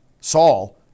Saul